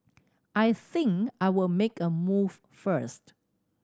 I think I would make a move first